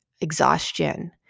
exhaustion